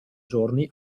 giorni